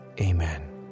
amen